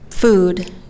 food